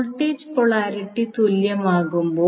voltage polarity തുല്യമാകുമ്പോൾ